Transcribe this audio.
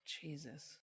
jesus